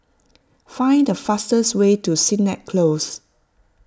find the fastest way to Sennett Close